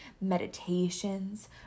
meditations